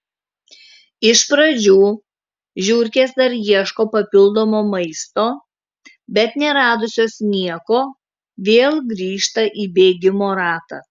iš pradžių žiurkės dar ieško papildomo maisto bet neradusios nieko vėl grįžta į bėgimo ratą